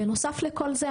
בנוסף לכל זה,